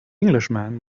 englishman